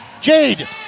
Jade